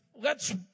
lets